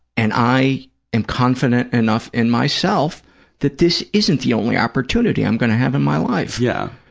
and i am confident enough in myself that this isn't the only opportunity i'm going to have in my life. yeah.